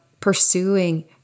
pursuing